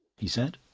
he said.